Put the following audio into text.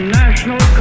national